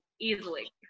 easily